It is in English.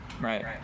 Right